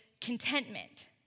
contentment